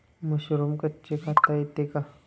Mushroom कच्चे खाता येते का?